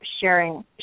sharing